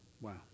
Wow